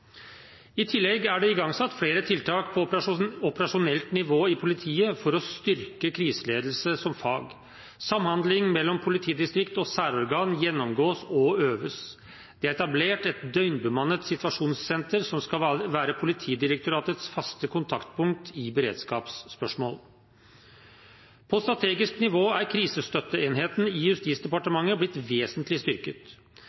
I tillegg er det igangsatt flere tiltak på operasjonelt nivå i politiet for å styrke kriseledelse som fag. Samhandling mellom politidistrikt og særorgan gjennomgås og øves. Det er etablert et døgnbemannet situasjonssenter som skal være Politidirektoratets faste kontaktpunkt i beredskapsspørsmål. På strategisk nivå er Krisestøtteenheten i